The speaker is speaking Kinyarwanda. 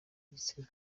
igitsina